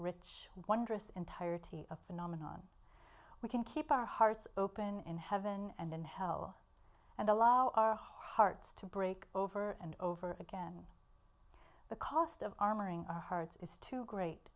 rich wondrous entirety of phenomenon we can keep our hearts open in heaven and then hell and allow our hearts to break over and over again the cost of armoring our hearts is too great